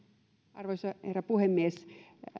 arvoisa herra puhemies